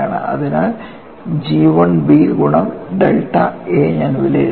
അതിനാൽ G I B ഗുണം delta a ഞാൻ വിലയിരുത്തണം